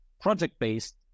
project-based